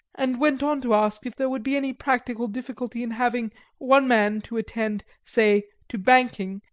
and went on to ask if there would be any practical difficulty in having one man to attend, say to banking,